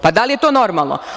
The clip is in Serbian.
Pa, da li je to normalno.